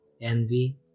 envy